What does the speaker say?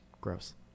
Gross